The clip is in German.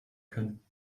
können